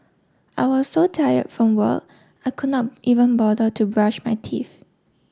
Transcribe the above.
I was so tired from work I could not even bother to brush my teeth